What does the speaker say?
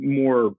more